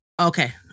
Okay